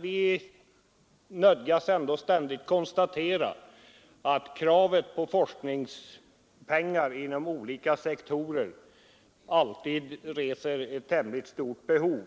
Vi nödgas alltid konstatera att kraven på forskningspengar inom olika sektorer är stora, och